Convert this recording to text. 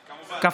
כמובן.